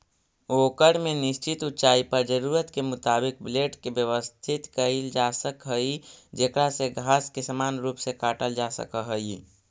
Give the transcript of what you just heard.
ओकर में निश्चित ऊँचाई पर जरूरत के मुताबिक ब्लेड के व्यवस्थित कईल जासक हई जेकरा से घास के समान रूप से काटल जा सक हई